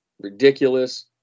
ridiculous